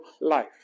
life